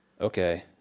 Okay